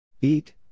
Eat